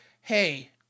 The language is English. hey